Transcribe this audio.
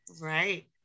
Right